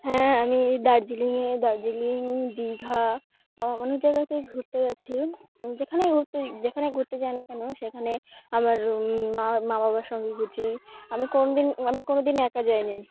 হ্যাঁ আমি দার্জিলিংয়ে দার্জিলিং দীঘা আমার অনেক জায়গাতেই ঘুরতে গেছি যেখানে ঘুরতে যেখানে ঘুরতে যাই না কেন সেখানে আমার মা মা বাবার সঙ্গে গেছি আমি কোনো দিন আমি কোনো দিনে একা যাইনি